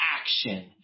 Action